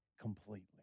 completely